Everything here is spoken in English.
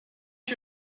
you